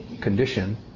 condition